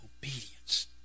obedience